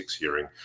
hearing